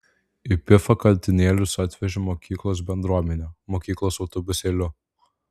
į pifą katinėlius atvežė mokyklos bendruomenė mokyklos autobusėliu